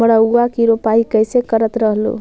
मड़उआ की रोपाई कैसे करत रहलू?